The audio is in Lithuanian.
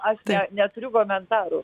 aš neturiu komentarų